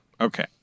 Okay